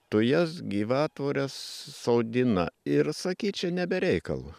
tujas gyvatvores sodina ir sakyčiau ne be reikalo